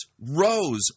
rose